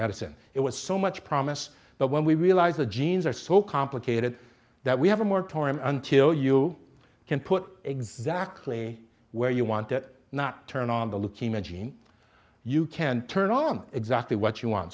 medicine it was so much promise that when we realize the genes are so complicated that we have a moratorium until you can put exactly where you want it not turn on the leukemia gene you can turn on exactly what you want